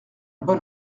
bon